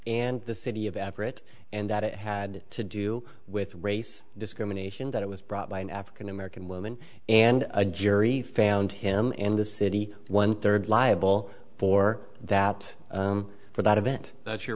and the city of everett and that it had to do with race discrimination that it was brought by an african american woman and a jury found him in the city one third liable for that for that event that's your